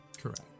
Correct